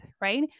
right